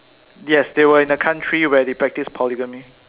yes they were in a country where they practice polygamy